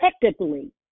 effectively